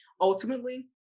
ultimately